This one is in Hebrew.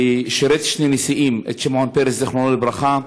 ושירת שני נשיאים, את שמעון פרס, זיכרונו לברכה,